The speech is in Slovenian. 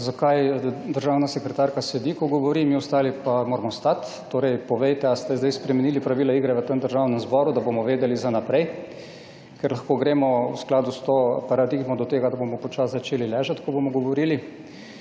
zakaj državna sekretarka sedi, ko govori, mi ostali pa moramo stati. Torej povejte, ali ste sedaj spremenili pravila igre v tem državnem zboru, da bomo vedeli za naprej. Ker lahko gremo v skladu s to paradigmo do tega, da bomo počasi začeli ležati, ko bomo govorili.